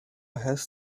has